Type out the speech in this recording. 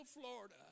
Florida